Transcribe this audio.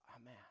Amen